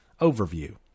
Overview